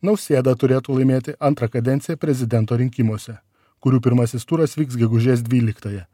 nausėda turėtų laimėti antrą kadenciją prezidento rinkimuose kurių pirmasis turas vyks gegužės dvyliktąją